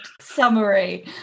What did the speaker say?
summary